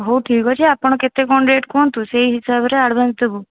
ହଉ ଠିକ୍ ଅଛି ଆପଣ କେତେ କ'ଣ ରେଟ୍ କୁହନ୍ତୁ ସେଇ ହିସାବରେ ଆଡ଼ଭାନ୍ସ୍ ଦେବୁ